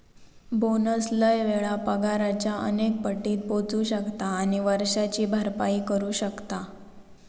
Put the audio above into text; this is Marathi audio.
बोनस लय वेळा पगाराच्या अनेक पटीत पोचू शकता आणि वर्षाची भरपाई करू शकता